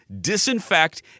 disinfect